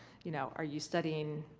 you know, are you studying.